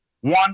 One